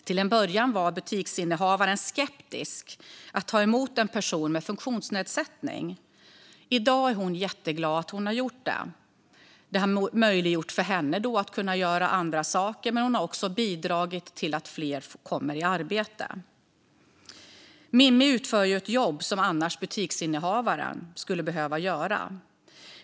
Till en början var butiksinnehavaren skeptisk till att ta emot en person med funktionsnedsättning, men i dag är hon jätteglad att hon gjorde det. Det har möjliggjort för henne att göra andra saker, men hon har också bidragit till att fler kommer i arbete. Mimmi utför ett jobb som butiksinnehavaren annars skulle behöva göra.